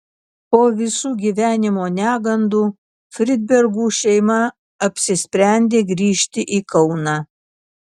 po visų gyvenimo negandų fridbergų šeima apsisprendė grįžti į kauną